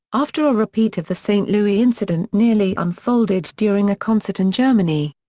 after a repeat of the st. louis incident nearly unfolded during a concert in germany.